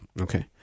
Okay